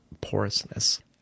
porousness